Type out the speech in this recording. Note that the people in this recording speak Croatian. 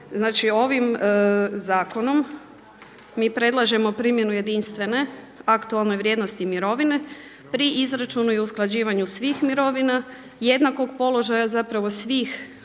ovim zakonom mi predlažemo primjenu jedinstvene aktualne vrijednosti mirovine pri izračunu i usklađivanju svih mirovina jednakog položaja zapravo svih